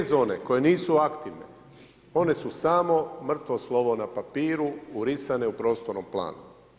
Te zone koje nisu aktivne one su samo mrtvo slovo na papiru urisane u prostornom planu.